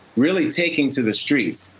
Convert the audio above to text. really taking to the streets.